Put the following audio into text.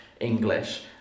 English